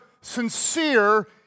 sincere